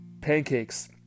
pancakes